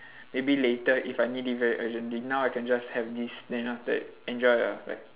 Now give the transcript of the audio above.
maybe later if I need it very urgently now I can just have this then after that enjoy ah like